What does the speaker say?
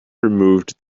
removed